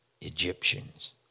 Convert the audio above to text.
Egyptians